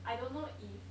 I don't know if